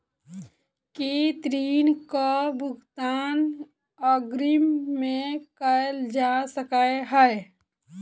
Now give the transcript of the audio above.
की ऋण कऽ भुगतान अग्रिम मे कैल जा सकै हय?